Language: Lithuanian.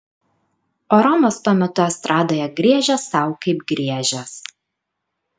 o romas tuo metu estradoje griežė sau kaip griežęs